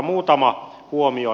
muutama huomio